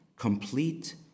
Complete